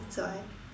so I